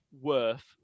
worth